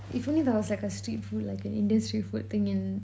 if only there was like a street food like a india street food thing in